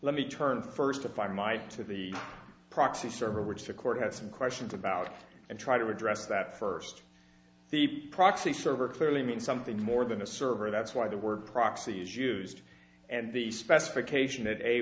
let me turn first to find my to the proxy server which the court has some questions about and try to address that first the proxy server clearly means something more than a server that's why the word proxy is used and the specification